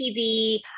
TV